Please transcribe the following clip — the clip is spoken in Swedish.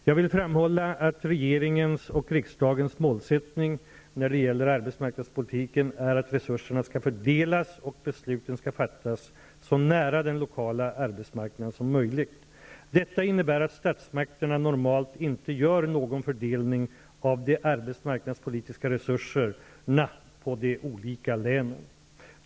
Jag vill framhålla att regeringens och riksdagens målsättning när det gäller arbetsmarknadspolitiken är att resurserna skall fördelas och besluten skall fattas så nära den lokala arbetsmarknaden som möjligt. Detta innebär att statsmakterna normalt inte gör någon fördelning av de arbetsmarknadspolitiska resurserna på de olika länen.